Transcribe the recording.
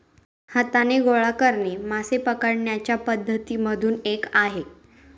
हाताने गोळा करणे मासे पकडण्याच्या पद्धती मधून एक आहे